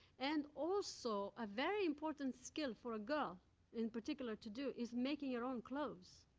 and also, a very important skill for a girl in particular to do is making your own clothes.